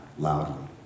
Loudly